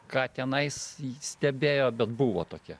ką tenais stebėjo bet buvo tokia